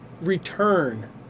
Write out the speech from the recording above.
return